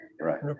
Right